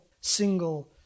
single